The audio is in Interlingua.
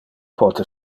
pote